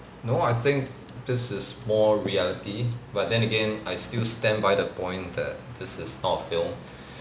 no I think this is more reality but then again I still stand by the point that this is not a film